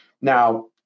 Now